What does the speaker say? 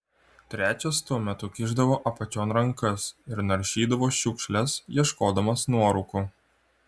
trečias tuo metu kišdavo apačion rankas ir naršydavo šiukšles ieškodamas nuorūkų